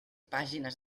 pàgines